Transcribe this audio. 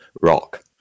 rock